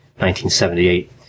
1978